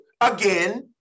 again